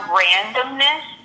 randomness